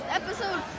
episode